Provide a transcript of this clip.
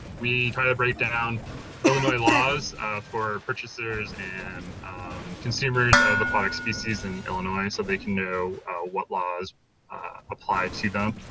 we try to break down illinois laws for purchasers and consumers of aquatic species in illinois so they can know what laws apply to them.